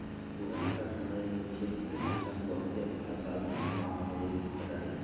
पुरनका समय में चेक के भुगतान बहुते असाध्य काम होइत रहै